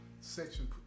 section